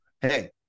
Hey